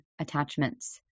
attachments